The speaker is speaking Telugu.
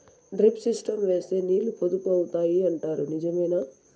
డ్రిప్ సిస్టం వేస్తే నీళ్లు పొదుపు అవుతాయి అంటారు నిజమేనా?